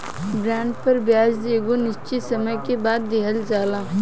bond पर ब्याज एगो निश्चित समय के बाद दीहल जाला